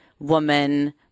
woman